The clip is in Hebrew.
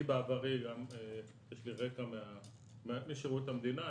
אני בעברי יש לי רקע בשירות המדינה,